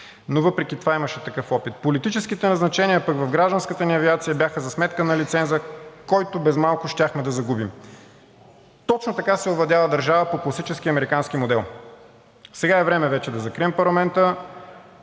но въпреки това имаше такъв опит. Политическите назначения пък в гражданската ни авиация бяха за сметка на лиценза, който без малко щяхме да загубим. Точно така се овладява държава по класическия американски модел. Сега е вече време да закрием парламента,